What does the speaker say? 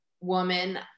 woman